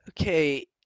Okay